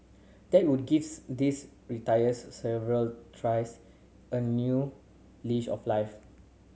that would gives these retirees several tries a new leash of life